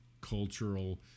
cultural